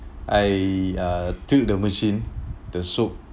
I uh tilt the machine the soap